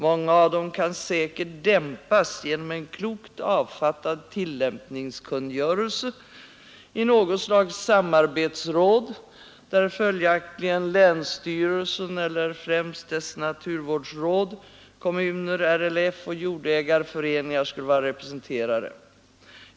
Många av dem kan säkert dämpas genom en klokt avfattad tillämpningskungörelse i något slags samarbetsråd, där följaktligen länsstyrelsen eller främst dess naturvårdsråd, kommuner, RLF och jordägareföreningar skulle vara representerade.